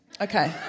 Okay